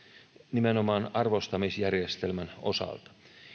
nimenomaan arvostamisjärjestelmän osalta